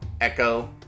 Echo